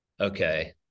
okay